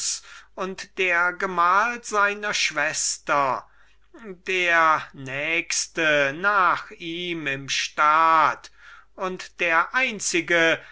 und der gemahl seiner schwester der nächste nach ihm im staat und der einzige